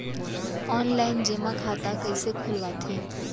Online जेमा खाता कइसे खोलवाथे?